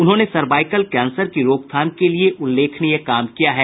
उन्होंने cervical cancer की रोकथाम के लिये उल्लेखनीय काम किया है